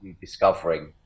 discovering